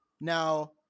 Now